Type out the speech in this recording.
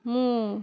ମୁଁ